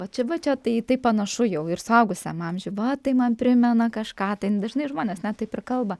va čia va čia tai į tai panašu jau ir suaugusiam amžiuj va tai man primena kažką tai dažnai žmonės net taip ir kalba